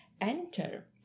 enter